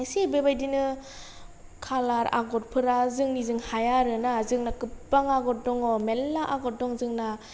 एसे बेबायदिनो कालार आगरफोरा जोंनिजों हाया आरो ना जोंना गोबां आगर दङ मेल्ला आगर दं जोंना